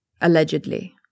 Allegedly